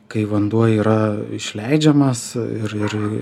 kai vanduo yra išleidžiamas ir ir